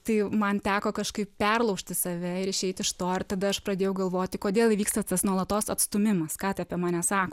tai man teko kažkaip perlaužti save ir išeit iš to ir tada aš pradėjau galvoti kodėl vyksta tas nuolatos atstūmimas ką tai apie mane sako